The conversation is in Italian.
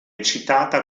citata